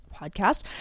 podcast